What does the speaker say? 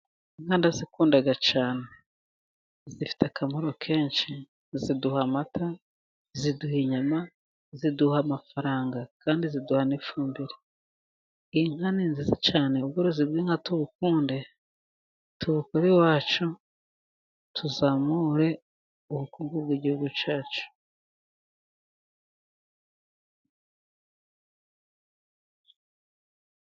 Inka ndazikunda cyane. Ziifite akamaro kenshi : ziduha amata, ziduha inyama, ziduha amafaranga, kandi ziduhana ifumbire. Inka ni nziza cyane . ubworozi bw'inka tubukunde ,tubukore iwacu, tuzamure ubukungu bw'igihugu cyacu.